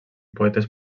poetes